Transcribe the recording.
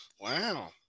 Wow